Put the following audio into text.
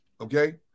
okay